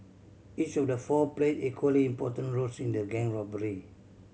each of the four played equally important roles in the gang robbery